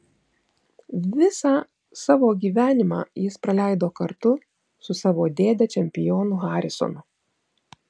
visą savo gyvenimą jis praleido kartu su savo dėde čempionu harisonu